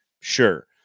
Sure